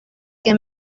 que